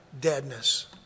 Deadness